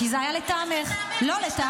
כי זה היה לטעמך, לא לטעמי.